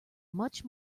much